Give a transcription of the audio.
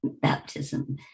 baptism